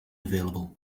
available